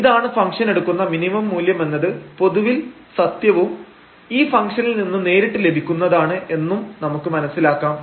ഇതാണ് ഫംഗ്ഷൻ എടുക്കുന്ന മിനിമം മൂല്യമെന്നത് പൊതുവിൽ സത്യവും ഈ ഫംഗ്ഷനിൽ നിന്ന് നേരിട്ട് ലഭിക്കുന്നതാണ് എന്നും നമുക്ക് മനസ്സിലാക്കാം